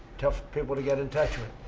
tough people to get in touch with.